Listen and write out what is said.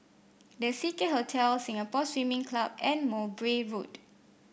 The Seacare Hotel Singapore Swimming Club and Mowbray Road